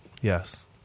Yes